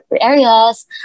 areas